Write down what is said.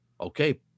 okay